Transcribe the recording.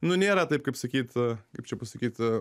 nu nėra taip kaip sakyt kaip čia pasakyt